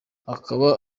akaba